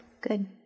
Good